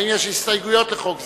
האם יש הסתייגויות לחוק זה?